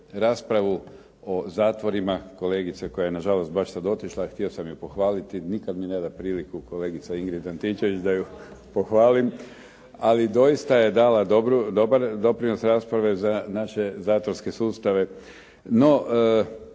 raspravu o zatvorima kolegice koja je na žalost baš sad otišla, a htio sam je pohvaliti. Nikad mi ne da priliku kolegica Ingrid Antičević da je pohvalim, ali doista je dala dobar doprinos rasprave za naše zatvorske sustave.